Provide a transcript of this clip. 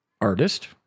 artist